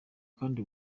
kandi